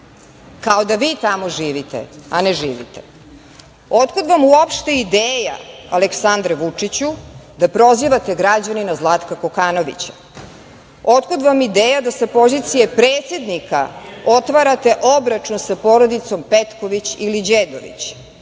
kao da vi tamo živite, a ne živite. Otkud vam uopšte ideja, Aleksandre Vučiću, da prozivate građanina Zlatka Kokanovića? Otkud vam ideja da sa pozicije predsednika otvarate obračun sa porodicom Petković ili Đedović?